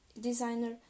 designer